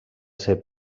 ser